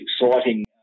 exciting